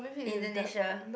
Indonesia